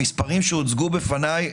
המספרים שהוצגו בפניי,